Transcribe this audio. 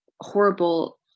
horrible